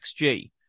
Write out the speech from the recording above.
XG